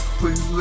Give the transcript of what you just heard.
please